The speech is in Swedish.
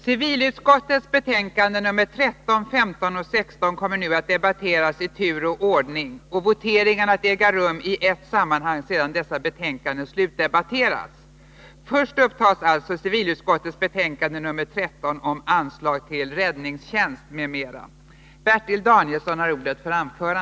Civilutskottets betänkanden 13, 15 och 16 kommer nu att debatteras i tur och ordning och voteringarna kommer att äga rum i ett sammanhang sedan dessa betänkanden slutdebatterats. Först upptas alltså civilutskottets betänkande 13 om anslag till räddningstjänst m.m.